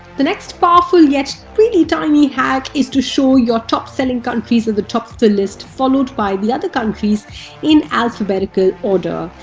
the next powerful yet really tiny hack is to show your top-selling countries in the top of the list followed by the other countries in alphabetical order.